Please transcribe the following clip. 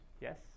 Yes